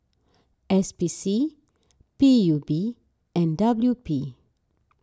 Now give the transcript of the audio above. S P C P U B and W P